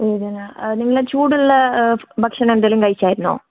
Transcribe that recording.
വേദന ആ നിങ്ങള് ചൂടുള്ള ഭക്ഷണം എന്തെങ്കിലും കഴിച്ചായിരുന്നോ